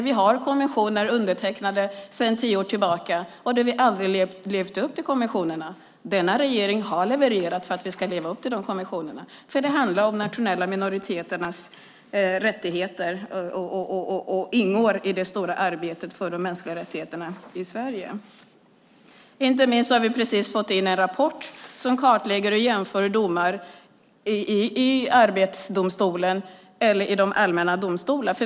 Vi har undertecknade konventioner sedan tio år tillbaka, och vi har aldrig levt upp till konventionerna. Den här regeringen har levererat för att vi ska leva upp till de konventionerna. Det handlar om de nationella minoriteternas rättigheter och ingår i det stora arbetet för de mänskliga rättigheterna i Sverige. Vi har precis fått in en rapport som kartlägger och jämför domar i Arbetsdomstolen eller i de allmänna domstolarna.